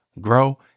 grow